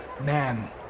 man